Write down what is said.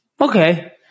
Okay